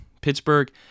Pittsburgh